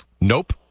Nope